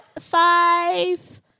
five